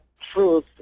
truth